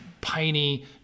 piney